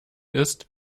ist